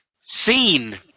Scene